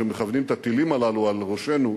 שמכוונים את הטילים הללו על ראשינו,